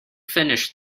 finish